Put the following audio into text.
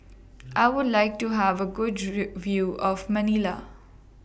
I Would like to Have A Good View of Manila